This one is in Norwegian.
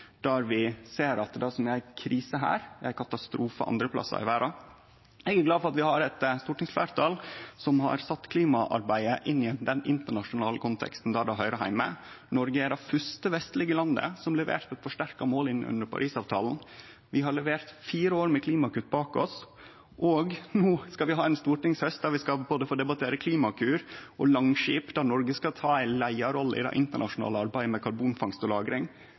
der vi ser at det som er krise her, er katastrofe andre plassar i verda. Eg er glad for at vi har eit stortingsfleirtal som har sett klimaarbeidet inn i den internasjonale konteksten der det høyrer heime. Noreg er det fyrste vestlege landet som leverte forsterka mål under Parisavtalen. Vi har levert fire år med klimakutt, og no skal vi ha ein stortingshaust der vi både skal få debattere Klimakur og Langskip, der Noreg skal ta ei leiarrolle i det internasjonale arbeidet med karbonfangst og